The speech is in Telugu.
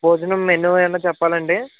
భోజనం మెనూ ఏమన్నా చెప్పాలండి